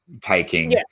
taking